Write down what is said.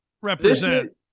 represent